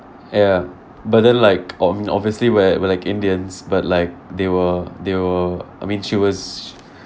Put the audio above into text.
ya but then like ob~ obviously we're we're like indians but like they were they were I mean she was